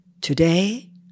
Today